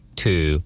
two